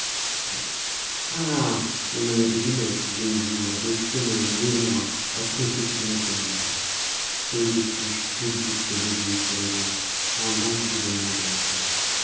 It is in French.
oui ah il en avait dû mettre des jours des semaines des mois à confectionner ce monument que de fiches culbutées les unes sur les autres en l'emprisonnement de leurs boîtes